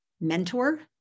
mentor